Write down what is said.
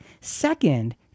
Second